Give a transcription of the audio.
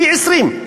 פי-20.